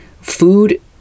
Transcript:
food